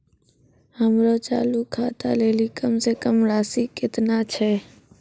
हमरो चालू खाता लेली कम से कम राशि केतना छै?